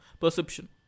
perception. (